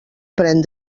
pren